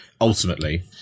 Ultimately